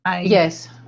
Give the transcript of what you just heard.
yes